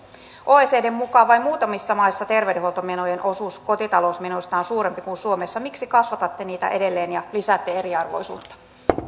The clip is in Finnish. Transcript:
oecdn mukaan vain muutamissa maissa terveydenhuoltomenojen osuus kotitalousmenoista on suurempi kuin suomessa miksi kasvatatte niitä edelleen ja lisäätte eriarvoisuutta